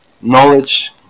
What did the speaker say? knowledge